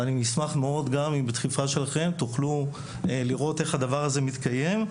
אני אשמח מאוד גם שעם תמיכה שלכם תוכלו לראות איך הדבר הזה מתקיים.